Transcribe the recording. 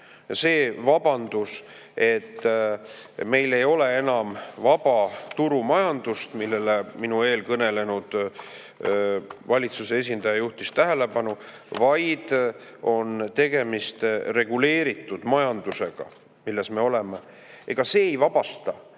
see vabandus, et meil ei ole enam vaba turumajandust, millele minu eelkõnelenud valitsuse esindaja juhtis tähelepanu, vaid tegemist on reguleeritud majandusega, milles me oleme: ega see ei vabasta